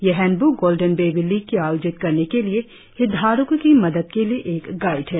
यह handbook Golden Baby League की आयोजित करने के लिए हितधारको की मदद के लिए एक गाइड है